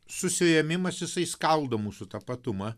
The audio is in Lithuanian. susiėmimas jisai skaldo mūsų tapatumą